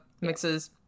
mixes